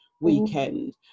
weekend